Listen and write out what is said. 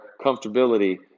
comfortability